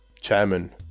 chairman